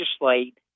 legislate